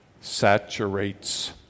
saturates